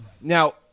Now